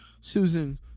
Susan